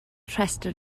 rhestr